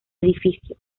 edificio